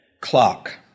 clock